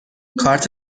کارت